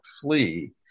flee